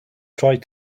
tried